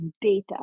data